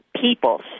people